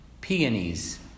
Peonies